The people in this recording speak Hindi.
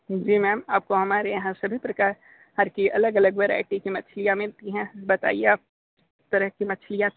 जी मैम आपको हमारे यहाँ सभी प्रकार की अलग अलग वैरायटी की मछलियाँ मिलती हैं बताइये आप तरह की मछलियाँ